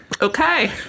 Okay